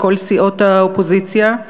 מכל סיעות האופוזיציה,